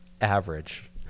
average